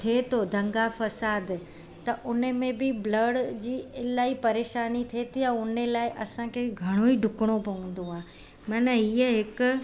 थिए थो दंगा फसाद त उन में बि ब्लड जी इलाही परेशानी थिए थी ऐं उन लाइ असांखे घणो ई ॾुकिड़ो पवंदो आहे माना हीअ हिकु